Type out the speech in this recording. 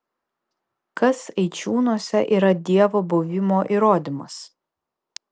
kas eičiūnuose yra dievo buvimo įrodymas